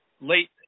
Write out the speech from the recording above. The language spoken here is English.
late